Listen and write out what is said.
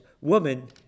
woman